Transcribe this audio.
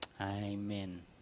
Amen